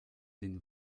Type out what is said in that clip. den